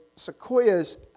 Sequoias